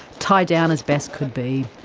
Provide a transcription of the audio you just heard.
tied down as best could be,